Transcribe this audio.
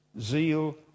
Zeal